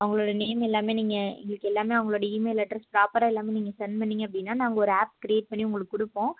அவங்களோட நேம் எல்லாமே நீங்கள் எங்களுக்கு எல்லாமே அவங்களோட இமெயில் அட்ரெஸ் ப்ராப்பராக எல்லாமே நீங்கள் செண்ட் பண்ணீங்க அப்படின்னா நாங்கள் ஒரு ஆப் க்ரியேட் பண்ணி உங்களுக்கு கொடுப்போம்